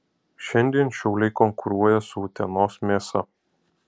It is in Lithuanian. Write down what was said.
šiandien šiauliai konkuruoja su utenos mėsa